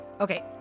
Okay